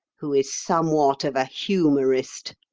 who is somewhat of a humorist.